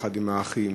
יחד עם האחים,